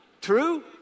True